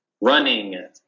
running